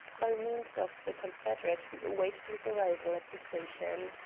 by means of the confederate who awaited his arrival at the station.